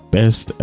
best